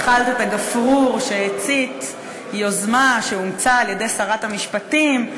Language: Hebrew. הצתת את הגפרור שהתחיל יוזמה שאומצה על-ידי שרת המשפטים,